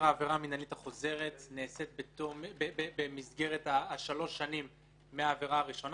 העבירה המינהלית החוזרת נעשית במסגרת שלוש השנים מהעבירה הראשונה,